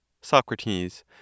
SOCRATES